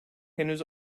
henüz